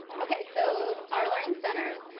okay, so our learning center.